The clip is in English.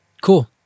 Cool